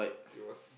it was